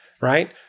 right